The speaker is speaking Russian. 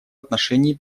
отношении